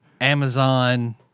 Amazon